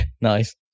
nice